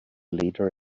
leader